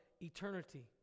eternity